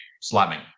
slamming